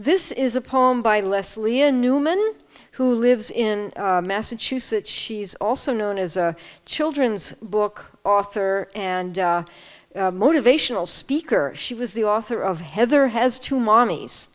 this is a poem by leslie in newman who lives in massachusetts she's also known as a children's book author and motivational speaker she was the author of heather has two mommies